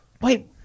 Wait